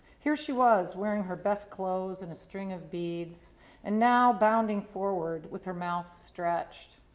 here she was, wearing her best clothes and a string of beads and now bounding forward with her mouth stretched.